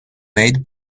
made